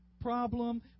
problem